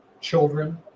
children